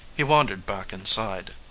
he wandered back inside,